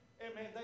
amen